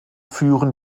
führen